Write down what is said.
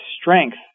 strength